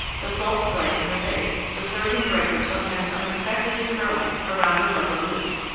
the salt spray in her face, the surging breakers sometimes unexpectedly curling around her rubber boots.